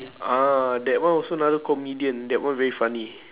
ah that one also another comedian that one very funny